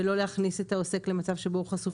ולא להכניס את העוסק למצב שבו הוא חשוף